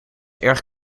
erg